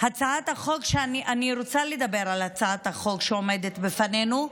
אני רוצה לדבר על הצעת החוק שעומדת בפנינו,